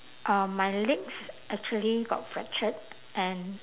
um my legs actually got fractured and